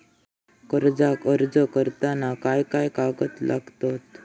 कर्जाक अर्ज करताना काय काय कागद लागतत?